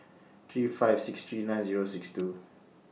three five six three nine Zero six two